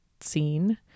scene